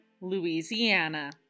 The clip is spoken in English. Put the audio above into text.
Louisiana